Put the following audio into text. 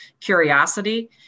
curiosity